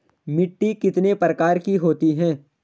मिट्टी कितने प्रकार की होती है?